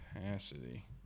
Capacity